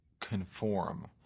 conform